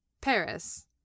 Paris